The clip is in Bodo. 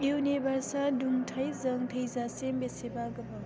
इउनिभार्सआ दुंथायजों थैजासिम बेसेबा गोबाव